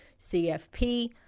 CFP